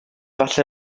falle